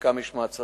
חלקם, יש מעצרים.